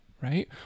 right